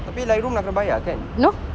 tapi lightroom nak kena bayar kan